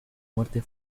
muerte